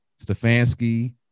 Stefanski